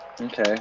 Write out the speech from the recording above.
Okay